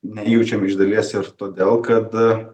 nejaučiam iš dalies ir todėl kada